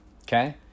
Okay